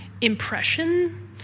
impression